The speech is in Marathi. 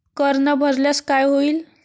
कर न भरल्यास काय होईल?